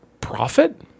profit